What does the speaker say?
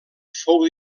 fou